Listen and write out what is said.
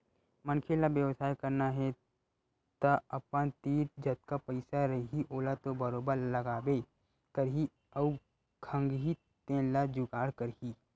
मनखे ल बेवसाय करना हे तअपन तीर जतका पइसा रइही ओला तो बरोबर लगाबे करही अउ खंगही तेन ल जुगाड़ करही